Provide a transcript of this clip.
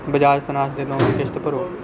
Bajaj Finance ਦੇ loan ਦੀ ਕਿਸ਼ਤ ਭਰੋ